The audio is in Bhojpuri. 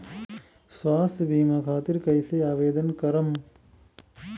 स्वास्थ्य बीमा खातिर कईसे आवेदन करम?